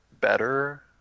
better